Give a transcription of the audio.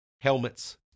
helmets